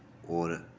होर